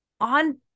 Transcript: on